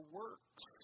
works